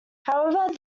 however